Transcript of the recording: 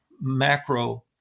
macro